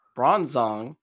Bronzong